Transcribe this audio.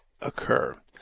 occur